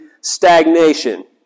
stagnation